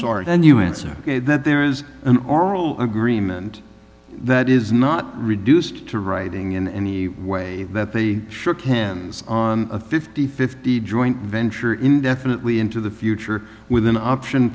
sorry then you answer that there is an oral agreement that is not reduced to writing in any way that they shook hands on a five thousand and fifty joint venture indefinitely into the future with an option